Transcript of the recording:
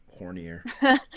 hornier